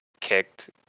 kicked